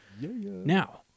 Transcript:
now